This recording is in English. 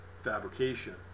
fabrication